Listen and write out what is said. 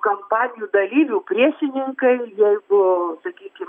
politinių kampanijų dalyvių priešininkai jeigu sakykim